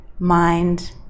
mind